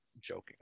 joking